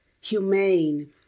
humane